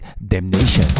Damnation